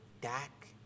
Dak